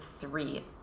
three